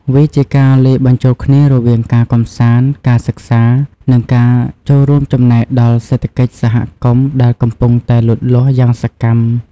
វាជាការលាយបញ្ចូលគ្នារវាងការកម្សាន្ត ការសិក្សា និងការចូលរួមចំណែកដល់សេដ្ឋកិច្ចសហគមន៍ដែលកំពុងតែលូតលាស់យ៉ាងសកម្ម។